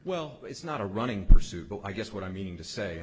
well it's not a running pursuit but i guess what i mean to say